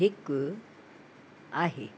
हिकु आहे